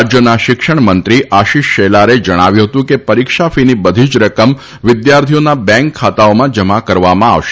રાજ્યના શિક્ષણમંત્રી આશિષ શેલારે જણાવ્યું હતું કે પરીક્ષા ફીની બધી જ રકમ વિદ્યાર્થીઓના બેંક ખાતાઓમાં જમા કરવામાં આવશે